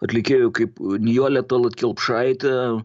atlikėjų kaip nijolė tallat kelpšaitė